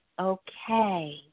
okay